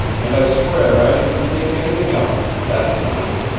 and i swear i didn't take anything else that time.